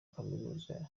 kaminuza